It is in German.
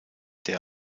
der